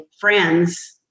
friends